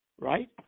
right